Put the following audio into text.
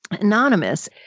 anonymous